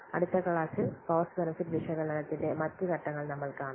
അടുത്ത ക്ലാസ്സിൽ cost benefit വിശകലനത്തിന്റെ മറ്റ് ഘട്ടങ്ങൾ നമ്മൾ കാണും